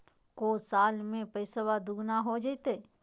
को साल में पैसबा दुगना हो जयते?